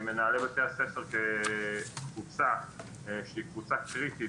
מנהלי בתי הספר כקבוצה שהיא קבוצה קריטית